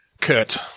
Kurt